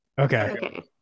Okay